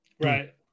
right